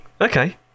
okay